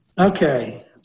Okay